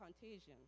contagion